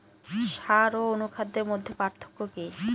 সার ও অনুখাদ্যের মধ্যে পার্থক্য কি?